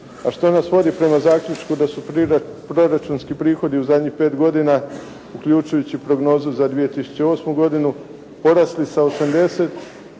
A što nas vodi prema zaključku da su proračunski prihodi u zadnjih 5 godina uključujući prognozu za 2008. godinu porasli sa 80